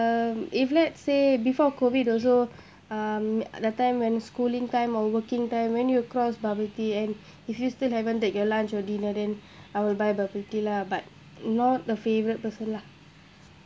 um if let's say before COVID also um that time when schooling time or working time when you cross bubble tea and if you still haven't take your lunch or dinner then I will buy bubble tea lah but not the favorite person lah